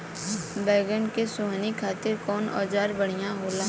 बैगन के सोहनी खातिर कौन औजार बढ़िया होला?